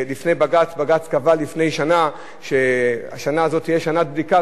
בג"ץ קבע לפני שנה, שהשנה הזאת תהיה שנת בדיקה.